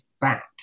back